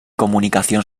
comunicación